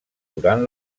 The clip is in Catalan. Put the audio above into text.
durant